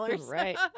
Right